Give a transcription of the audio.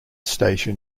station